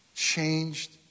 changed